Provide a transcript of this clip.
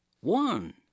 One